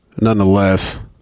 nonetheless